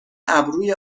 ابروی